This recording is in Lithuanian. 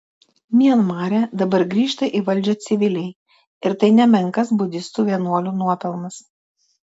mianmare dabar grįžta į valdžią civiliai ir tai nemenkas budistų vienuolių nuopelnas